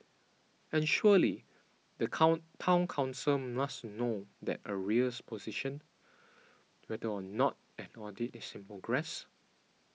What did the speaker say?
and surely the come Town Council must know the arrears position whether or not an audit is in progress